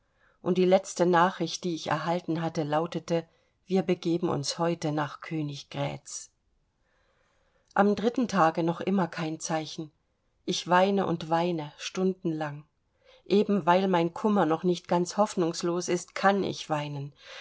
und die letzte nachricht die ich erhalten hatte lautete wir begeben uns heute nach königgrätz am dritten tage noch immer kein zeichen ich weine und weine stundenlang eben weil mein kummer noch nicht ganz hoffnungslos ist kann ich weinen